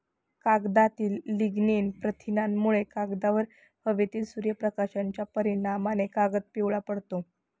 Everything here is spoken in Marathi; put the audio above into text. कागदातील लिग्निन प्रथिनांमुळे, कागदावर हवेतील सूर्यप्रकाशाच्या परिणामाने कागद पिवळा पडतो